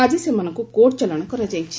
ଆଜି ସେମାନଙ୍କ କୋର୍ଟଚାଲାଣ କରାଯାଇଛି